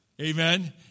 Amen